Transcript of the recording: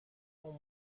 اون